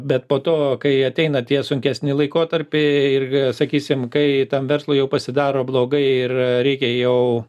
bet po to kai ateina tie sunkesni laikotarpiai ir sakysim kai tam verslui jau pasidaro blogai ir reikia jau